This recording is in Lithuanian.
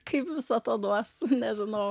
kaip viso to duos nežinau